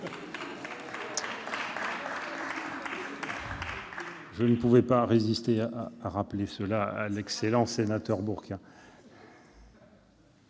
Je ne pouvais pas résister à faire ce rappel à l'excellent sénateur Bourquin